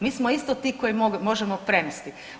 Mi smo isto ti koji možemo prenesti.